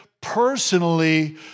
personally